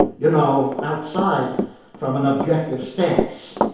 you know, outside from an objective stance.